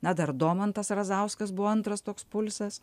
na dar domantas razauskas buvo antras toks pulsas